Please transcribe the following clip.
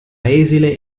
esile